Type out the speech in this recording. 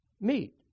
meat